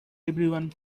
everyone